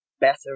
better